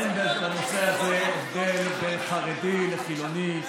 אין בנושא הזה הבדל בין חרדי לחילוני,